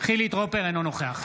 חילי טרופר, אינו נוכח